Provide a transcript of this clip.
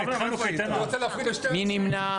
מי נמנע?